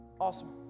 Awesome